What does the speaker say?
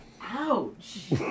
Ouch